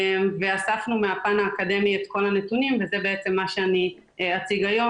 ואספנו מהפן האקדמי את כל הנתונים וזה מה שאציג היום